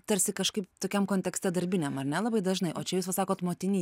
tarsi kažkaip tokiam kontekste darbiniam ar ne labai dažnai o čia jūs va sakot motinys